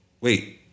wait